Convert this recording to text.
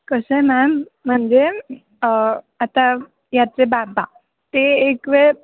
कसं आहे मॅम म्हणजे आता याचे बाबा ते एक वेळ